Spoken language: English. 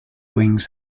wings